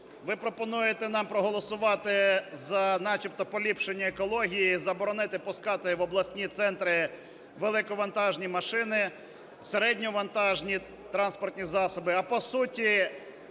Ви пропонуєте нам проголосувати за начебто поліпшення екології, заборонити пускати в обласні центри великовантажні машини, середньовантажні транспортні засоби.